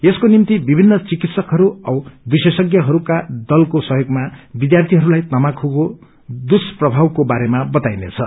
यसको निम्ति विशिन्नन चिकित्सकहरू औ विशेषज्ञहरूका दलको सहयोगमा विष्यार्यीहरूलाई तमाखूको दुष्पभावको बारेमा बताइनेछ